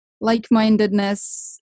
like-mindedness